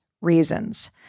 reasons